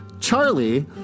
Charlie